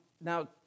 Now